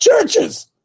Churches